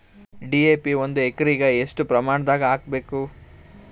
DAP ಒಂದು ಎಕರಿಗ ಎಷ್ಟ ಪ್ರಮಾಣದಾಗ ಹಾಕಬೇಕು?